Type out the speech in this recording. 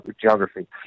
geography